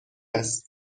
است